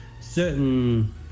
certain